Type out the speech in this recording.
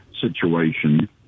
situation